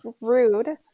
rude